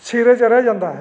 ਸਿਰੇ 'ਚ ਰਹਿ ਜਾਂਦਾ ਹੈ